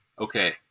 okay